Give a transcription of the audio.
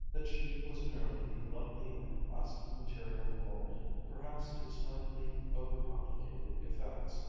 that she was merely the lovely and plastic material molded, perhaps to slightly over-complicated effects,